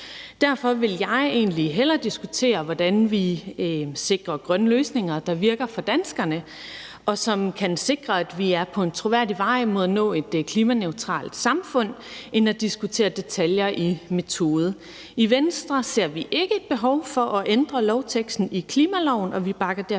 Derfor vil jeg egentlig hellere diskutere, hvordan vi sikre grønne løsninger, der virker for danskerne, og som kan sikre, at vi er på en troværdig vej mod at nå et klimaneutralt samfund, end at diskutere detaljer i en metode. I Venstre ser vi ikke et behov for at ændre lovteksten i klimaloven, og vi bakker derfor